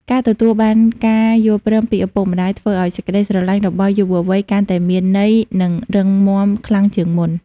ការទទួលបានការយល់ព្រមពីឪពុកម្ដាយ ធ្វើឱ្យសេចក្ដីស្រឡាញ់របស់យុវវ័យកាន់តែមានន័យ និងរឹងមាំខ្លាំងជាងមុន។